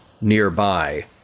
nearby